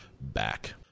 back